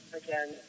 again